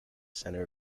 center